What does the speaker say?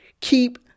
keep